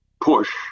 push